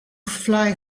fly